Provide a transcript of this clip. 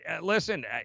listen